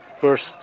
first